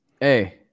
hey